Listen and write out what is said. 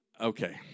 Okay